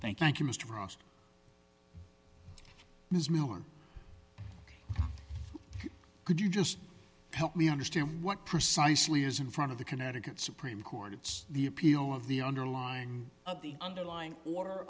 thank thank you mr frost ms miller could you just help me understand what precisely is in front of the connecticut supreme court it's the appeal of the underlying of the underlying or